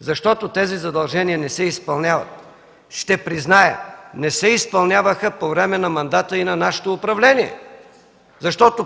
защото тези задължения не се изпълняват. Ще призная: не се изпълняваха и по време на мандата на нашето управление.